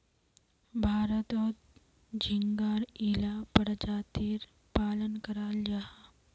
भारतोत झिंगार इला परजातीर पालन कराल जाहा